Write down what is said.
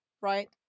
Right